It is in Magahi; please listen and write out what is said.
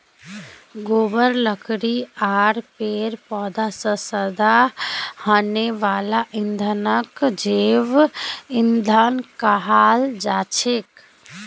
गोबर लकड़ी आर पेड़ पौधा स पैदा हने वाला ईंधनक जैव ईंधन कहाल जाछेक